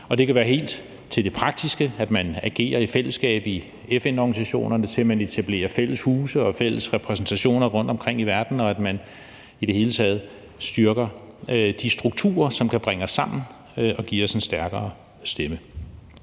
Og det kan være i forhold til det praktiske, at man agerer i fællesskab i FN-organisationerne, til, at man etablerer fælles huse og fælles repræsentationer rundtomkring i verden, og at man i det hele taget styrker de strukturer, som kan bringe os sammen og give os en stærkere stemme.